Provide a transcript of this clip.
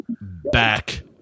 back